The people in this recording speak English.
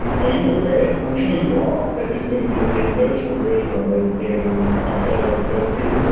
and are you aware? i'm sure you are. that there's going to be a virtual version of it in october first through the third.